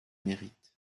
mérite